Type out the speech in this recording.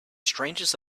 strangest